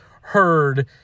heard